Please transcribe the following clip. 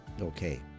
Okay